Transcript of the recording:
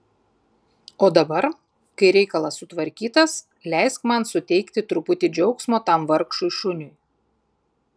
o dabar kai reikalas sutvarkytas leisk man suteikti truputį džiaugsmo tam vargšui šuniui